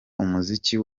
umuziki